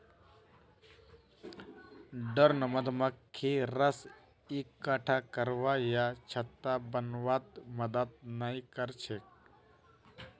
drone मधुमक्खी रस इक्कठा करवा या छत्ता बनव्वात मदद नइ कर छेक